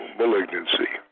malignancy